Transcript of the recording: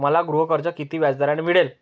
मला गृहकर्ज किती व्याजदराने मिळेल?